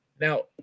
Now